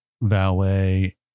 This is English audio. valet